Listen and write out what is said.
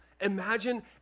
Imagine